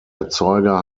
erzeuger